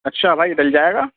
اچھا بھائی ڈل جائے گا